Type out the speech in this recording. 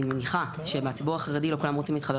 אני מניחה שבציבור החרדי לא כולם רוצים להתחבר